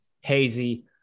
hazy